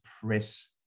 press